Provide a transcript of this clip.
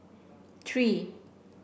three